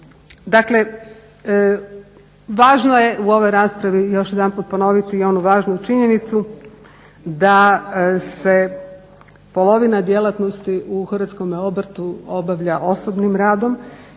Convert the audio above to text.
Dakle, važno je u ovoj raspravi još jedanput ponoviti onu važnu činjenicu da se polovina djelatnosti u hrvatskom obrtu obavlja osobnim radom